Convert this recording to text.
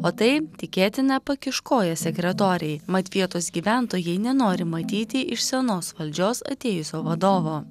o tai tikėtina pakiš koją sekretorei mat vietos gyventojai nenori matyti iš senos valdžios atėjusio vadovo